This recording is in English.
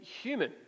human